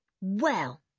Well